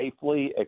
safely